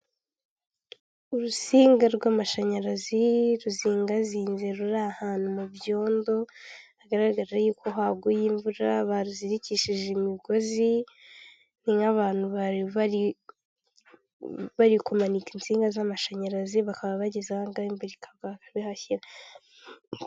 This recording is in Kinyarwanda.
Urusinga rw'amashanyarazi ruzingazinze ruri ahantu mu byondo, hagaragara yuko haguye imvura bazirikishije imigozi, ni nk'abantu bari kumanika insinga z'amashanyarazi, bakaba bageze aha angaha imvura ikagwa bakayihashyira.